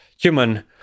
human